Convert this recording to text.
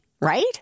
right